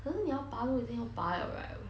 可是你要拔都已经要拔 liao right